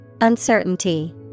Uncertainty